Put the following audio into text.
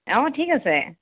অঁ ঠিক আছে